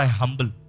humble